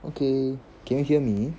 okay can you hear me